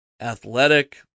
athletic